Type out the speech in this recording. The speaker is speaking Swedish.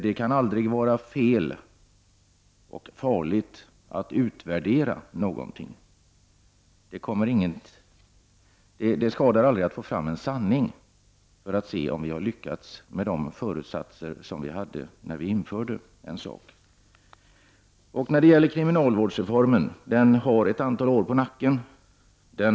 Det kan aldrig vara fel eller farligt att utvärdera någonting. Det skadar aldrig att få fram sanningen, om vi vill se om vi har lyckats med de föresatser vi hade då vi införde någonting. Kriminalvårdsreformen har ett antal år på nacken.